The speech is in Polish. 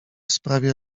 sprawie